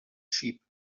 sheep